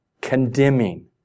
condemning